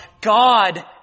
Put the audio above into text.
God